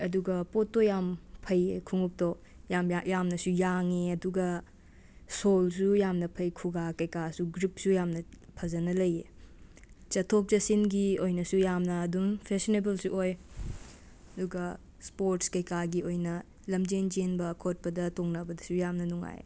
ꯑꯗꯨꯒ ꯄꯣꯠꯇꯣ ꯌꯥꯝꯅ ꯐꯩꯌꯦ ꯈꯣꯡꯎꯞꯇꯣ ꯌꯥꯝꯅꯁꯨ ꯌꯥꯡꯉꯦ ꯑꯗꯨꯒ ꯁꯣꯜꯁꯨ ꯌꯥꯝꯅ ꯐꯩ ꯑꯈꯨꯒ ꯀꯩꯀꯥꯁꯨ ꯒ꯭ꯔꯨꯞꯁꯨ ꯌꯥꯝꯅ ꯐꯖꯟꯅ ꯂꯩꯌꯦ ꯆꯠꯊꯣꯛ ꯆꯠꯁꯤꯟꯒꯤ ꯑꯣꯏꯅꯁꯨ ꯌꯥꯝꯅ ꯑꯗꯨꯝ ꯐꯦꯁꯅꯦꯕꯜꯁꯨ ꯑꯣꯏ ꯑꯗꯨꯒ ꯁ꯭ꯄꯣꯔꯠꯁ ꯀꯩꯀꯥꯒꯤ ꯑꯣꯏꯅ ꯂꯝꯖꯦꯟ ꯆꯦꯟꯕ ꯈꯣꯠꯄꯗ ꯇꯣꯡꯅꯕꯗꯁꯨ ꯌꯥꯝꯅ ꯅꯨꯡꯉꯥꯏ